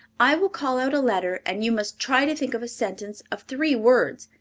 i will call out a letter and you must try to think of a sentence of three words,